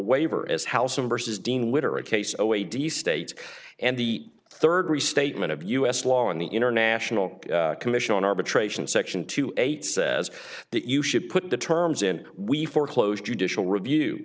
waiver as howsomever says dean witter a case oad states and the third restatement of u s law and the international commission on arbitration section two eight says that you should put the terms in we foreclose judicial review